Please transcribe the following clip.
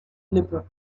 lippe